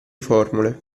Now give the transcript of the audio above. formule